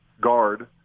guard